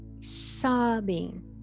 sobbing